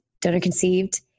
donor-conceived